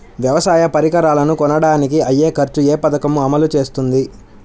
వ్యవసాయ పరికరాలను కొనడానికి అయ్యే ఖర్చు ఏ పదకము అమలు చేస్తుంది?